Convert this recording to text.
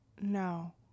No